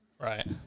Right